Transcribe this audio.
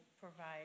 provide